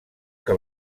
que